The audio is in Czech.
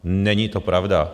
Není to pravda.